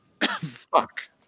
fuck